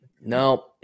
No